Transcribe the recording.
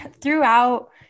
throughout